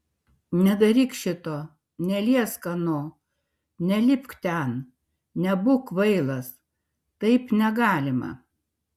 nedaryk šito neliesk ano nelipk ten nebūk kvailas taip negalima